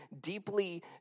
deeply